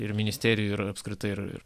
ir ministerijų ir apskritai ir